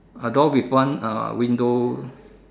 a door with one uh window